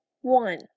one